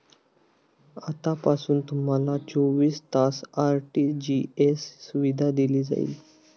आतापासून तुम्हाला चोवीस तास आर.टी.जी.एस सुविधा दिली जाईल